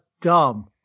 dumb